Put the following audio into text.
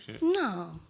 No